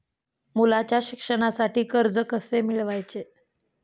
मुलाच्या शिक्षणासाठी कर्ज कसे मिळवावे?